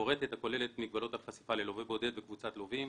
מפורטת הכוללת מגבלות חשיפה ללווה בודד וקבוצת לווים,